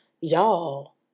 Y'all